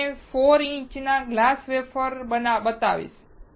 હું તમને 4 ઇંચના ગ્લાસ વેફર બતાવીશ